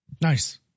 Nice